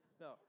No